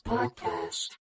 Podcast